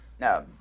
No